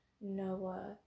Noah